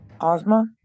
Ozma